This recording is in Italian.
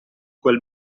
quel